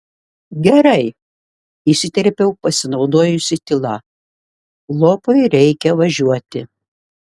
gerai įsiterpiau pasinaudojusi tyla lopui reikia važiuoti